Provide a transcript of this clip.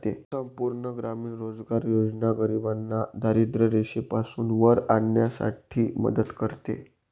संपूर्ण ग्रामीण रोजगार योजना गरिबांना दारिद्ररेषेपासून वर आणण्यासाठी मदत करते